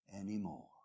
anymore